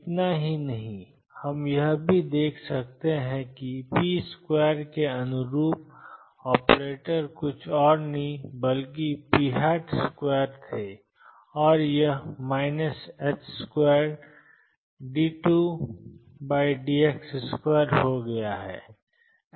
इतना ही नहीं हम यह भी देख सकते थे कि p2 के अनुरूप ऑपरेटर कुछ और नहीं बल्कि p2 थे और यह 2d2dx2 हो गया